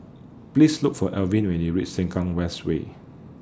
Please Look For Alwin when YOU REACH Sengkang West Way